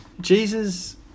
Jesus